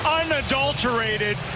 unadulterated